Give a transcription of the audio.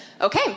Okay